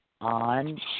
on